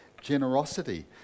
generosity